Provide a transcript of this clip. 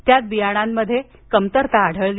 त्यात बियाणांमध्ये कमतरता आढळली